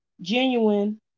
genuine